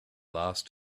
last